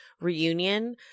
reunion